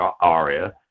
Aria